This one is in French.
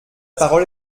parole